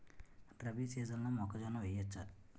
రబీ సీజన్లో మొక్కజొన్న వెయ్యచ్చా?